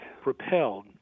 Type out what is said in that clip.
propelled